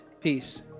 peace